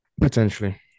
Potentially